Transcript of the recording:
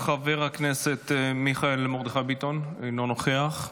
חבר הכנסת מיכאל מרדכי ביטון, אינו נוכח,